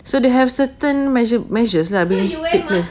so they have certain measu~ measures lah